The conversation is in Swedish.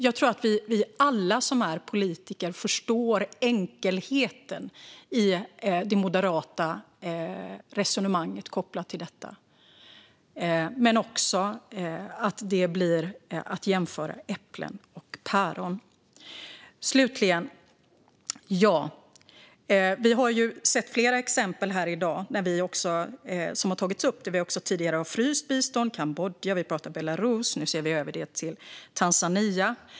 Jag tror att vi alla som är politiker förstår enkelheten i det moderata resonemanget om detta men också att det blir att jämföra äpplen och päron. Slutligen vill jag säga att ja, flera exempel har tagits upp här i dag om att vi tidigare har fryst bistånd i Kambodja och Belarus, och nu ser vi över biståndet till Tanzania.